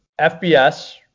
fbs